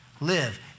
live